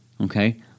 okay